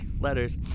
letters